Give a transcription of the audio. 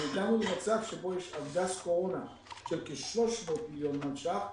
והגענו למצב שבו יש ארגז קורונה של כ-300 מלש"ח,